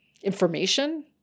information